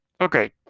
okay